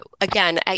again